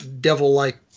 Devil-like